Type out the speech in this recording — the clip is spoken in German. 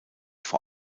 vor